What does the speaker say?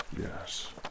Yes